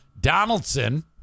Donaldson